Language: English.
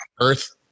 Earth